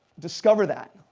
discover that,